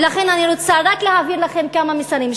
ולכן אני רוצה רק להעביר לכם כמה מסרים,